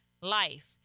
life